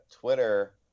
Twitter